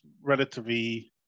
relatively